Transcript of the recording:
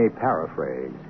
paraphrase